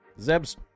Zeb's